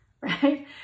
right